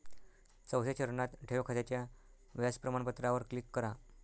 चौथ्या चरणात, ठेव खात्याच्या व्याज प्रमाणपत्रावर क्लिक करा